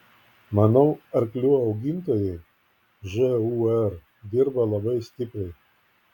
manau arklių augintojai žūr dirba labai stipriai